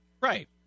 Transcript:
Right